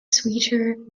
sweeter